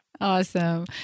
Awesome